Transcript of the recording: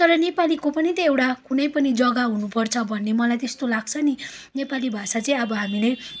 तर नेपालीको पनि त एउटा कुनै पनि जग्गा हुनुपर्छ भन्ने मलाई त्यस्तो लाग्छ नि नेपाली भाषा चाहिँ अब हामीले